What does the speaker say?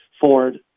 Ford